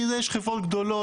כי יש חברות גדולות,